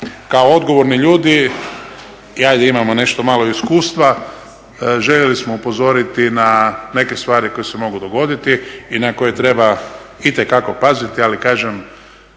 kao odgovorni ljudi i ajde, imamo nešto malo iskustva, željeli smo upozoriti na neke stvari koje se mogu dogoditi i na koje treba itekako paziti, ali kažem,